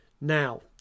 Now